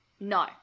No